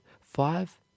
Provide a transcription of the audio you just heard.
five